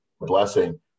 blessing